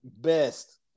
Best